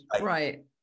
right